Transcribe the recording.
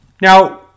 Now